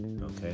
Okay